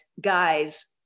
Guys